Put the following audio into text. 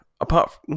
Apart